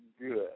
good